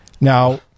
Now